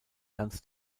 ganz